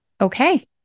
Okay